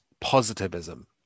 positivism